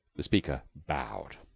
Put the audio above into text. the speaker bowed.